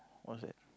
what's that